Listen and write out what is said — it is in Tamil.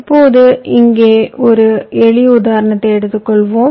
இப்போது இங்கே ஒரு எளிய உதாரணத்தை எடுத்துக் கொள்வோம்